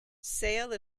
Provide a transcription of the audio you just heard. sale